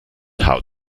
how